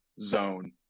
zone